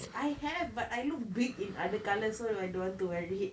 I have but I look big in other colours so I don't want to wear it